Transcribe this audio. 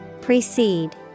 Precede